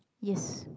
yes